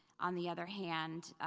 on the other hand,